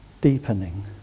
deepening